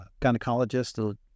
gynecologist